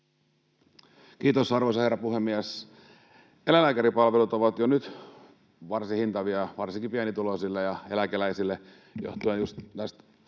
Kiitos, arvoisa herra puhemies! Eläinlääkäripalvelut ovat jo nyt varsin hintavia varsinkin pienituloisille ja eläkeläisille johtuen just tästä